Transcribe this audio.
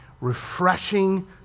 refreshing